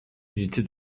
unité